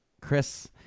Chris